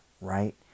right